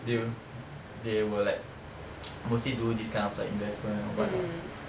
they'll they will like mostly do this kind of like investment or what lah